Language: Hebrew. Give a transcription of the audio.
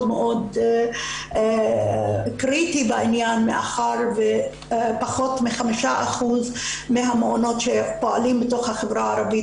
מאוד קריטי בעניין מאחר ופחות מ-5% מהמעונות שפועלים בתוך החברה הערבית